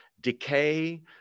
decay